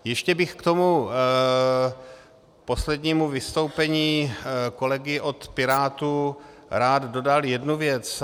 Ještě bych k tomu poslednímu vystoupení kolegy od Pirátů rád dodal jednu věc.